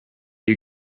you